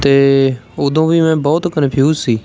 ਅਤੇ ਉਦੋਂ ਵੀ ਮੈਂ ਬਹੁਤ ਕਨਫਿਊਜ਼ ਸੀ